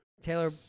Taylor